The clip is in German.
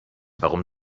warum